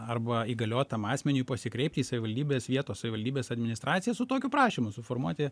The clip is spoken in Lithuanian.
arba įgaliotam asmeniui pasikreipt į savivaldybės vietos savivaldybės administraciją su tokiu prašymu suformuoti